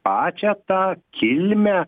pačią tą kilmę